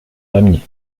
pamiers